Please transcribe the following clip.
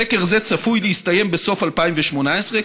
סקר זה צפוי להסתיים בסוף 2018,